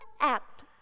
act